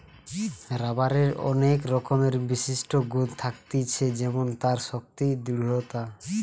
রাবারের অনেক রকমের বিশিষ্ট গুন থাকতিছে যেমন তার শক্তি, দৃঢ়তা